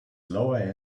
lower